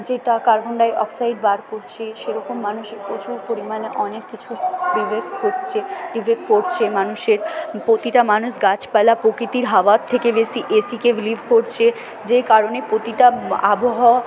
যেটা carbon dioxide বার করছে সেরকম মানুষ প্রচুর পরিমাণে অনেক কিছু বিভেদ হচ্ছে বিভেদ করছে মানুষের প্রতিটা মানুষ গাছপালা প্রকৃতির হাওয়ার থেকে বেশি এ সিকে বিলিভ করছে যে কারণে প্রতিটা আবহাওয়া